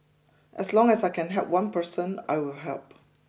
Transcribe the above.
as long as I can help one person I will help